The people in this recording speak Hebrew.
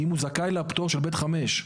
אם הוא זכאי לפטור של (ב)(5).